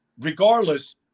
regardless